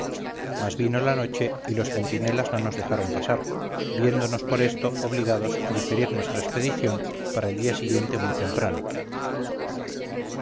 mas vino la noche y los centinelas no nos dejaron pasar viéndonos por esto obligados a diferir nuestra expedición para el día siguiente muy temprano